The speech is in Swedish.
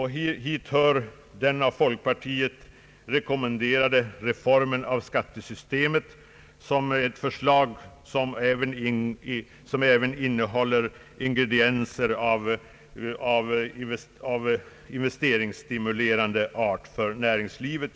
Hit hör den av folkpartiet rekommenderade reformen av skattesystemet, ett förslag som även innehåller ingredienser av investeringsstimulerande art för näringslivet.